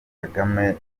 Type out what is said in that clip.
kagame